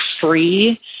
free